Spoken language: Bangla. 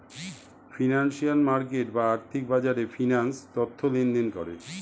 ফিনান্সিয়াল মার্কেট বা আর্থিক বাজারে ফিন্যান্স তথ্য লেনদেন করে